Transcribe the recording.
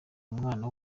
umwana